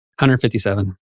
157